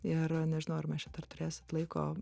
ir nežinau ar mes čia dar turėsit laiko